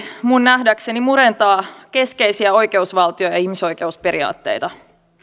minun nähdäkseni murentaa keskeisiä oikeusvaltio ja ja ihmisoikeusperiaatteita